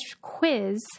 quiz